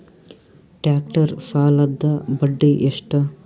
Tractor ಸಾಲದ್ದ ಬಡ್ಡಿ ಎಷ್ಟ?